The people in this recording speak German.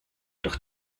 doch